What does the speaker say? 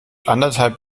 anderthalb